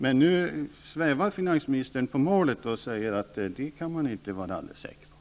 Men nu svävar finansministern på målet och säger, att det kan man inte vara alldeles säker på.